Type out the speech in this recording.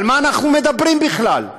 על מה אנחנו מדברים בכלל?